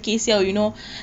hmm